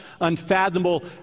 unfathomable